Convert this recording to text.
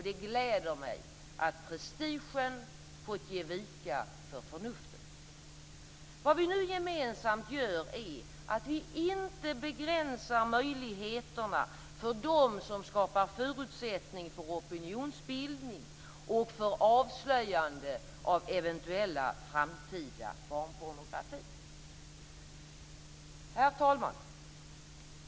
Det gläder mig att prestigen fått ge vika för förnuftet. Vad vi nu gemensamt gör är att vi inte begränsar möjligheterna för dem som skapar förutsättning för opinionsbildning och för avslöjande av eventuell framtida barnpornografi. Herr talman!